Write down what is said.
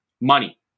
Money